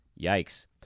Yikes